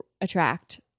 attract